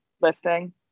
lifting